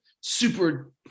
super